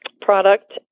product